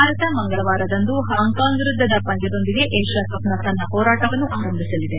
ಭಾರತ ಮಂಗಳವಾರದಂದು ಹಾಂಗ್ಕಾಂಗ್ ವಿರುದ್ದದ ಪಂದ್ಯದೊಂದಿಗೆ ಏಷ್ತ ಕಪ್ನ ತನ್ನ ಹೋರಾಟವನ್ನು ಆರಂಭಿಸಲಿದೆ